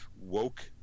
woke